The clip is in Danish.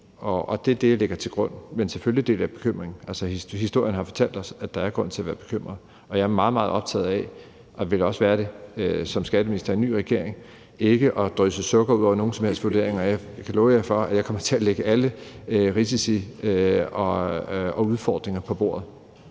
og det er det, jeg lægger til grund. Men selvfølgelig deler jeg bekymringen. Historien har fortalt os, at der er grund til at være bekymret, og jeg er meget, meget optaget af, og vil også være det som skatteminister i en ny regering, ikke at drysse sukker ud over nogen som helst vurdering. Jeg kan love jer for, at jeg kommer til at lægge alle risici og udfordringer på bordet.